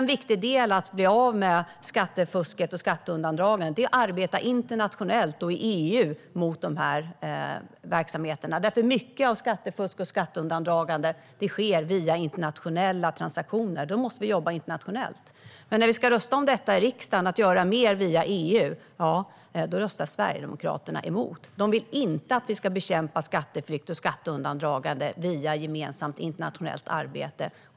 En viktig del i att bli av med skattefusk och skatteundandragande är att arbeta internationellt och i EU mot verksamheterna. Mycket av skattefusk och skatteundandragande sker via internationella transaktioner. Då måste vi jobba internationellt. När vi ska rösta om förslag i riksdagen om att göra mer via EU röstar Sverigedemokraterna emot. De vill inte att vi ska bekämpa skatteflykt och skatteundandragande via gemensamt internationellt arbete.